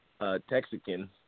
Texican